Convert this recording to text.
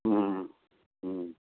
হুম হুম